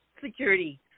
security